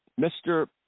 Mr